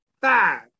five